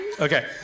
Okay